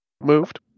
moved